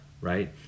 right